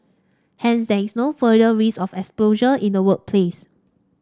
hence there is no further risk of exposure in the workplace